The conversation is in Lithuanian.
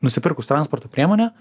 nusipirkus transporto priemonę